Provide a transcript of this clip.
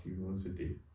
university